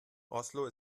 oslo